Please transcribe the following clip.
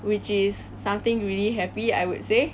which is something really happy I would say